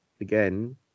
again